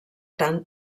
tant